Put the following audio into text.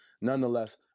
Nonetheless